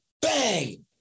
Bang